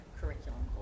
curriculum